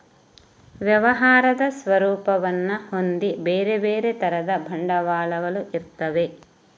ವ್ಯವಹಾರದ ಸ್ವರೂಪವನ್ನ ಹೊಂದಿ ಬೇರೆ ಬೇರೆ ತರದ ಬಂಡವಾಳಗಳು ಇರ್ತವೆ